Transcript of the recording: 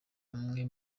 amwe